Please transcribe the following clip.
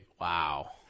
Wow